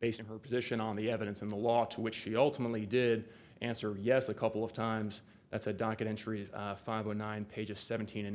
based on her position on the evidence in the law to which she ultimately did answer yes a couple of times that's a documentary of five or nine pages seventeen and